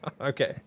Okay